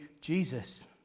Jesus